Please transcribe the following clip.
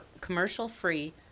commercial-free